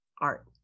art